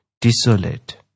desolate